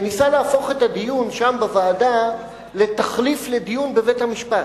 שניסה להפוך את הדיון שם בוועדה לתחליף לדיון בבית-המשפט,